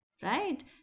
Right